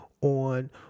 on